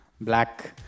black